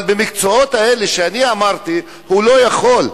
אבל במקצועות האלה שאני אמרתי, הוא לא יכול.